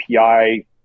api